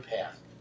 path